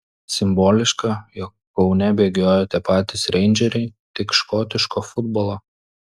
simboliška jog kaune bėgiojo tie patys reindžeriai tik škotiško futbolo